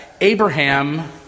Abraham